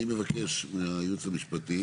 אני מבקש מהיועץ המשפטי,